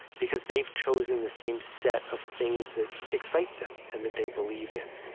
because they've chosen the same set of things that excite them and that they believe in.